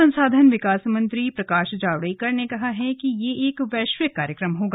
मानव संसाधन विकास मंत्री प्रकाश जावड़ेकर ने कहा कि ये एक वैश्विक कार्यक्रम होगा